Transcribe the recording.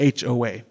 HOA